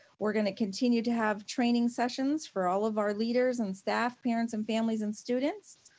we're gonna continue to have training sessions for all of our leaders and staff, parents and families and students.